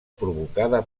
provocada